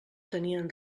tenien